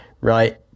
Right